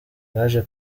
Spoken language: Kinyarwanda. yaje